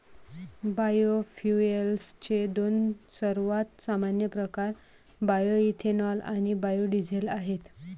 बायोफ्युएल्सचे दोन सर्वात सामान्य प्रकार बायोएथेनॉल आणि बायो डीझेल आहेत